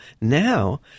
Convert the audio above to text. now